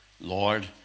Lord